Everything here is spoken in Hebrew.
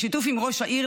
בשיתוף עם ראש העיר,